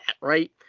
right